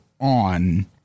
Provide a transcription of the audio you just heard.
on